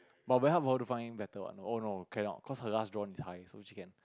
but very hard for her to find better what oh no cannot cause her last drawn is high so she can